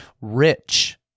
rich